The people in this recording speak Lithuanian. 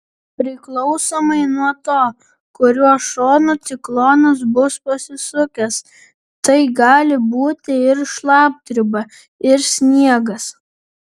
priklausomai nuo to kuriuo šonu ciklonas bus pasisukęs tai gali būti ir šlapdriba ir sniegas